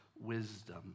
wisdom